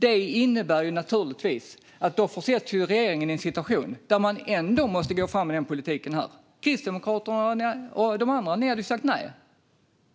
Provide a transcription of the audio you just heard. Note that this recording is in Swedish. Det innebär naturligtvis att regeringen försätts i en situation där man ändå måste gå fram med politiken här. Ni i Kristdemokraterna och de andra hade ju sagt nej.